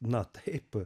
na taip